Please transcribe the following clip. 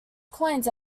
coins